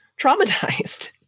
traumatized